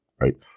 right